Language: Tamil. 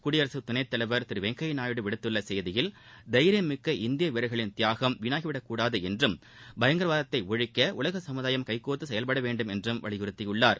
குடியரசுத் துணைத் தலைவர் திரு வெங்கய்யா நாயுடு விடுத்துள்ள செய்தியில் தைரியமிக்க இந்திய வீரர்களின் தியாகம் வீணாகிவிடக் கூடாது என்றும் பயங்கரவாதத்தை ஒழிக்க உலக சமூதாயம் கைகோர்த்து செயல்பட வேண்டும் என்றும் வலியுறுத்தியுள்ளார்